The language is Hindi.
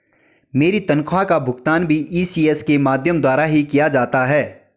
मेरी तनख्वाह का भुगतान भी इ.सी.एस के माध्यम द्वारा ही किया जाता है